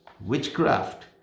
witchcraft